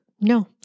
no